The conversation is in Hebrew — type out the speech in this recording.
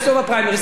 אבל אתה טועה.